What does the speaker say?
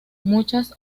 muchas